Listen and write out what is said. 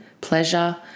pleasure